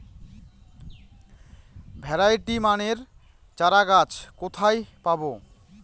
Variety মানের চারাগাছ কোথায় পাবো?